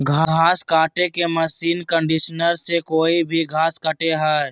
घास काटे के मशीन कंडीशनर से कोई भी घास कटे हइ